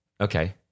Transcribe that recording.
Okay